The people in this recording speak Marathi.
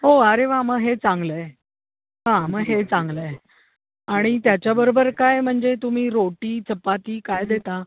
हो अरे वा मग हे चांगलं आहे हां मग हे चांगलं आहे आणि त्याच्याबरोबर काय म्हणजे तुम्ही रोटी चपाती काय देता